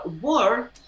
war